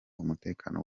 umutekano